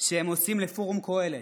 שהם עושים לפורום קהלת,